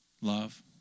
love